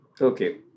Okay